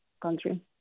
country